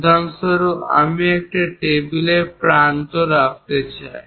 উদাহরণস্বরূপ আমি একটি টেবিলের প্রান্ত রাখতে চাই